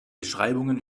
beschreibungen